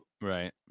Right